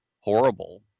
horrible